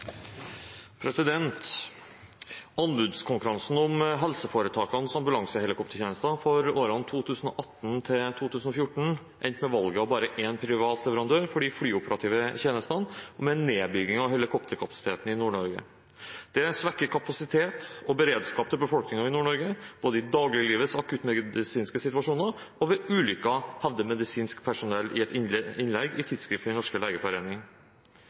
om helseforetakenes ambulansehelikoptertjenester for årene 2018–2024 endte med valget av bare én privat leverandør for de flyoperative tjenestene og med nedbygging av helikopterkapasiteten i Nord-Norge. Dette svekker kapasitet og beredskap til befolkningen i Nord-Norge, både i dagliglivets akuttmedisinske situasjoner og ved ulykker, hevder medisinsk personell i et innlegg i Tidsskrift for Den norske legeforening.